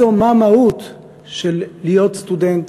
מה המהות של להיות סטודנט,